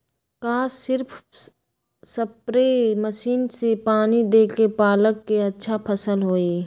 का सिर्फ spray machine से पानी देके पालक के अच्छा फसल होई?